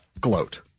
gloat